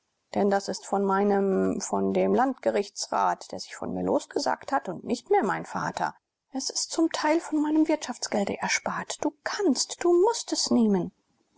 denn das ist von meinem von dem landgerichtsrat der sich von mir losgesagt hat und nicht mehr mein vater es ist zum teil von meinem wirtschaftsgelde erspart du kannst du mußt es nehmen